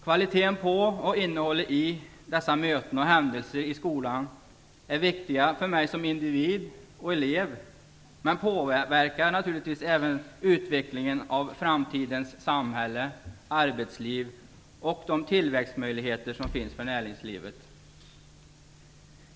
Kvaliteten på och innehållet i dessa möten och händelser i skolan är viktiga för mig som individ - eller som elev - men det påverkar naturligtvis även utvecklingen av framtidens samhälle, arbetsliv och de tillväxtmöjligheter som finns för näringslivet.